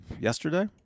yesterday